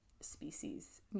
species